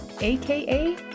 AKA